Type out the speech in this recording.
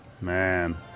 Man